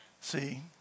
See